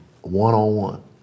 one-on-one